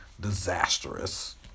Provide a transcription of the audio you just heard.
disastrous